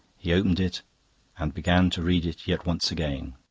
he opened it and began to read it yet once again.